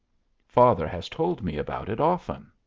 father has told me about it often.